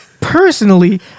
Personally